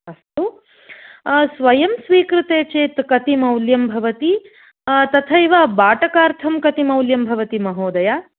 अस्तु स्वयं स्वीक्रियते चेत् कति मौल्यं भवति तथैव बाटकार्थं कति मौल्यं भवति महोदय